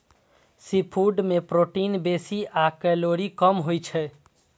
seafood मे protein बेसी आ कैलोरी कम होइ छै